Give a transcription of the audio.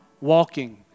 walking